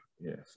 Yes